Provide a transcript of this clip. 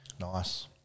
Nice